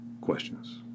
Questions